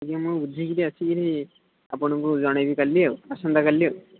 ଆଜ୍ଞା ମୁଁ ବୁଝିକିରି ଆସିକିରି ଆପଣଙ୍କୁ ଜଣେଇବି କାଲି ଆଉ ଆସନ୍ତା କାଲି ଆଉ